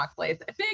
big